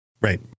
Right